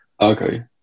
Okay